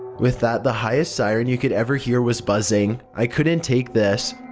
with that the highest siren you could ever hear was buzzing. i couldn't take this.